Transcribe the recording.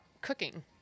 cooking